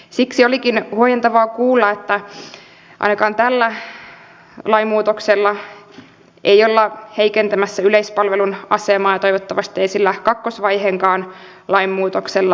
siksi olikin huojentavaa kuulla että ainakaan tällä lainmuutoksella ei olla heikentämässä yleispalvelun asemaa ja toivottavasti ei sillä kakkosvaiheenkaan lainmuutoksella